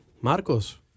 Marcos